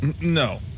No